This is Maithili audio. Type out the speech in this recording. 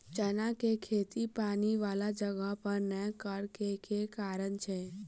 चना केँ खेती पानि वला जगह पर नै करऽ केँ के कारण छै?